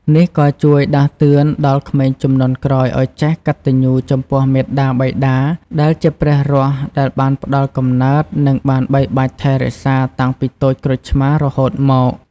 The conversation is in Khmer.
នេះក៏ជួយដាស់តឿនដល់ក្មេងជំនាន់ក្រោយឲ្យចេះកតញ្ញូចំពោះមាតាបិតាដែលជាព្រះរស់ដែលបានផ្តល់កំណើត និងបានបីបាច់ថែរក្សាតាំងពីតូចក្រូចឆ្មារហូតមក។